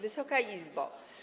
Wysoka Izbo!